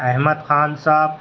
Ahmad Khan Sahib